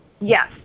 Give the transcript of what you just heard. yes